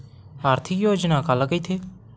आर्थिक योजना काला कइथे?